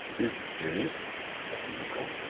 is this, said the eagle,